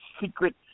secret